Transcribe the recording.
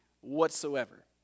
whatsoever